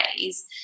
ways